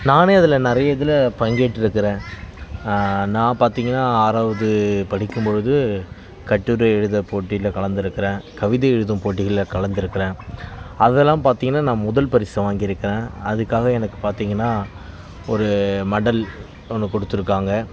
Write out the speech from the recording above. நானே அதில் நிறைய இதில் பங்கேற்றுக்கிறேன் நான் பார்த்தீங்கன்னா ஆறாவது படிக்கும்பொழுது கட்டுரை எழுதுகிற போட்டியில் கலந்துருக்கிறேன் கவிதை எழுதும் போட்டிகளில் கலந்துருக்கிறேன் அதெல்லாம் பார்த்தீங்கன்னா நான் முதல் பரிசு வாங்கியிருக்கேன் அதுக்காக எனக்கு பாத்தீங்கன்னா ஒரு மெடல் ஒன்று கொடுத்துருக்காங்க